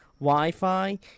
Wi-Fi